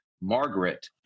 margaret